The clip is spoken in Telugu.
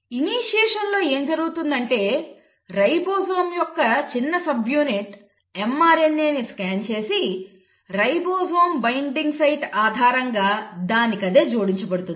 ఇనీషియేషన్ లో ఏం జరుగుతుందంటే రైబోజోమ్ యొక్క చిన్న సబ్యూనిట్ mRNAని స్కాన్ చేసి రైబోజోమ్ బైండింగ్ సైట్ ఆధారంగా దానికదే జోడించబడుతుంది